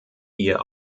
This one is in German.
ihr